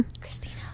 Christina